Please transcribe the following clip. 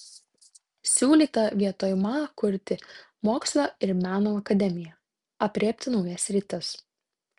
siūlyta vietoj ma kurti mokslo ir meno akademiją aprėpti naujas sritis